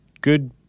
good